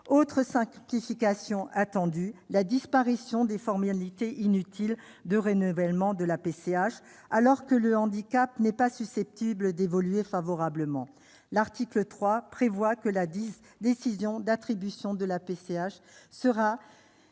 Autre simplification attendue : la disparition des formalités inutiles de renouvellement de la PCH quand le handicap n'est pas susceptible d'évoluer favorablement. L'article 3 prévoit que la décision d'attribution de la PCH sera dans ce